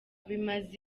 bimaze